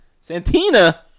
santina